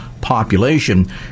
population